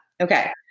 Okay